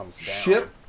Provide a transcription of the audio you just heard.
ship